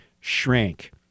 shrank